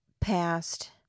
past